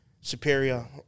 superior